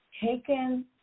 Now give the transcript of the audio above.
taken